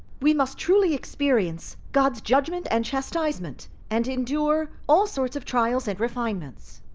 we must truly experience god's judgment and chastisement, and endure all sorts of trials and refinements.